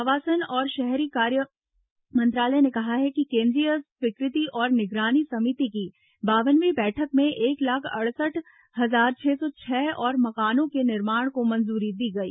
आवासन और शहरी कार्य मंत्रालय ने कहा कि केन्द्रीय स्वीकृति और निगरानी समिति की बावनवीं बैठक में एक लाख अड़सठ हजार छह सौ छह और मकानों के निर्माण को मंजूरी दी गई